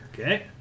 Okay